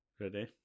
Ready